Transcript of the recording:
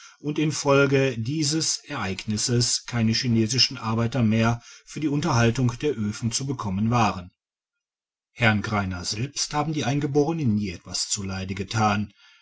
und infolge dieses ereignisses keine chinesischen arbeiter mehr für die unterhaltung der oefen zu bekommen waren herrn gfeiner selbst haben die eingeborenen nie etwas zu leide gethan